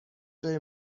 جای